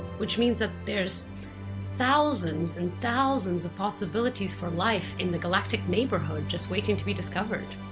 which means that there's thousands and thousands of possibilities for life in the galactic neighborhood just waiting to be discovered.